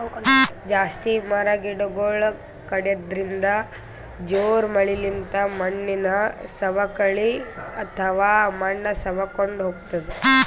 ಜಾಸ್ತಿ ಮರ ಗಿಡಗೊಳ್ ಕಡ್ಯದ್ರಿನ್ದ, ಜೋರ್ ಮಳಿಲಿಂತ್ ಮಣ್ಣಿನ್ ಸವಕಳಿ ಅಥವಾ ಮಣ್ಣ್ ಸವಕೊಂಡ್ ಹೊತದ್